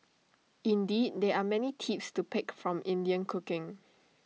indeed there are many tips to pick up from Indian cooking